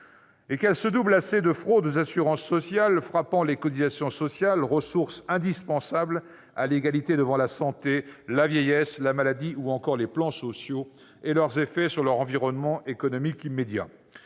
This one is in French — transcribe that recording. Elle se double de fraudes aux assurances sociales, frappant les cotisations sociales, ressource indispensable au maintien de l'égalité devant la santé, la vieillesse, la maladie ou encore les plans sociaux et leurs effets sur leur environnement économique immédiat.